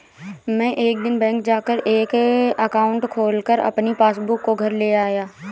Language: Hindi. मै एक दिन बैंक जा कर एक एकाउंट खोलकर अपनी पासबुक को घर ले आया